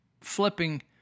flipping